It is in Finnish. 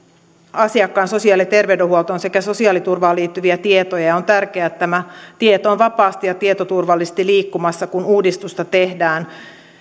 asiakkaan sosiaali ja terveydenhuoltoon sekä sosiaaliturvaan liittyviä tietoja ja on tärkeää että tämä tieto on vapaasti ja tietoturvallisesti liikkumassa kun uudistusta tehdään